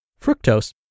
Fructose